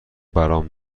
برام